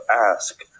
ask